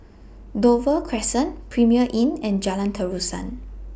Dover Crescent Premier Inn and Jalan Terusan